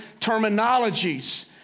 terminologies